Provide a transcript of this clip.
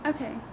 Okay